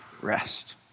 rest